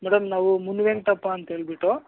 madam ನಾವು ಮುನಿವೆಂಕ್ಟಪ್ಪ ಅಂತ ಹೇಳ್ಬಿಟ್ಟು